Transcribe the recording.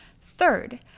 Third